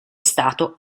stato